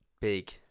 Big